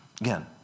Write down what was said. again